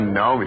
no